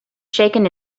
shaken